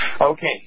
Okay